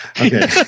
Okay